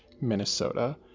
Minnesota